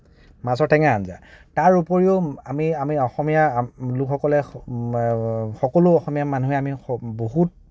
মাছৰ টেঙা আঞ্জা তাৰোপৰিও আমি আমি অসমীয়া লোকসকলে সকলো অসমীয়া মানুহে বহুত